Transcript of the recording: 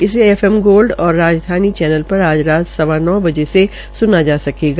इसे F M gold और Rajdhani channel पर आज रात सवा नौ बते से सुना जा सकेगा